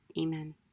Amen